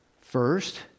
first